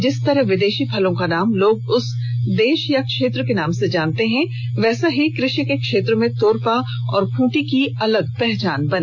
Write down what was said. जिस तरह विदेशी फलों का नाम लोग उस देश या क्षेत्र के नाम से जानते हैं वैसा ही कृषि के क्षेत्र में तोरपा और खूंटी की अलग पहचान बने